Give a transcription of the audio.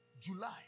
July